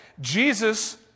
Jesus